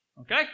Okay